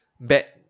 bad